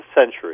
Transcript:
century